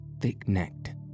thick-necked